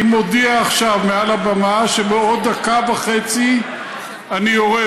אני מודיע עכשיו מעל הבמה שבעוד דקה וחצי אני יורד,